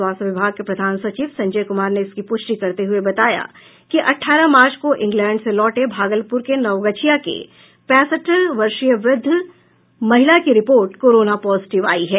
स्वास्थ्य विभाग के प्रधान सचिव संजय कुमार ने इसकी पुष्टि करते हुये बताया कि अठारह मार्च को इंग्लैण्ड से लौटे भागलपुर के नवगछिया के पैंसठ वर्षीय वृद्ध महिला की रिपोर्ट कोरोना पॉजिटिव आयी है